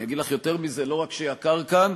אני אגיד לך יותר מזה: לא רק שיקר כאן,